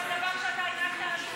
זה דבר שאתה הנחת על השולחן,